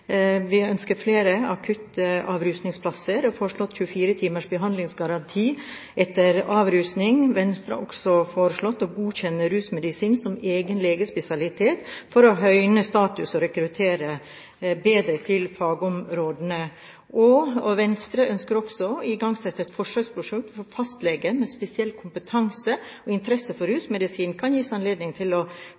Vi ønsker flere akuttavrusningsplasser og har foreslått 24 timers behandlingsgaranti etter avrusning. Venstre har også foreslått å godkjenne rusmedisin som egen legespesialitet for å høyne statusen og rekruttere bedre til fagområdene. Venstre ønsker også å igangsette et forsøksprosjekt der fastleger med spesiell kompetanse og interesse for rusmedisin kan gis anledning til å